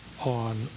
on